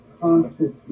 consciousness